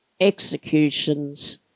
executions